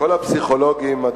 כל הפסיכולוגים המומחים,